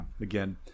again